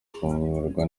kumererwa